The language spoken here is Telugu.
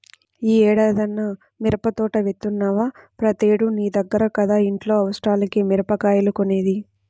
యీ ఏడన్నా మిరపదోట యేత్తన్నవా, ప్రతేడూ నీ దగ్గర కదా ఇంట్లో అవసరాలకి మిరగాయలు కొనేది